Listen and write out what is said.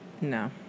No